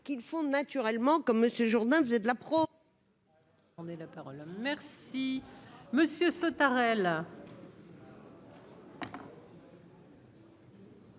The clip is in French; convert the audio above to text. qu'le font naturellement, comme Monsieur Jourdain faisait de la Pro.